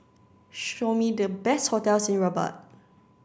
show me the best hotels in Rabat